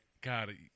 god